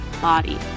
body